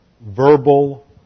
verbal